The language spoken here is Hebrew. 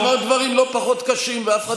את אמרת דברים לא פחות קשים ואף אחד לא הפריע לך.